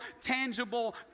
tangible